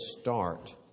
start